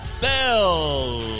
Bell